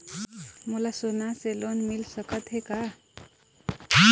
मोला सोना से लोन मिल सकत हे का?